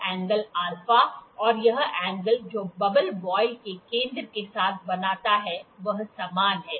यह एंगल α और यह एंगल जो बबल वॉयल के केंद्र के साथ बनाता है वह समान है